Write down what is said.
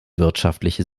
wirtschaftliche